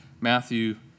Matthew